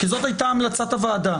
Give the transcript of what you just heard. כי זאת הייתה המלצת הוועדה,